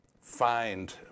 find